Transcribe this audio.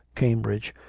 cambridge,